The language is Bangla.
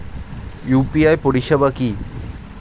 ইউ.পি.আই পরিষেবা কি?